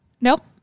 Nope